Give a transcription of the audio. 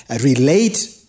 relate